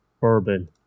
Bourbon